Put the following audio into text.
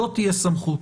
לא תהיה סמכות